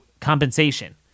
compensation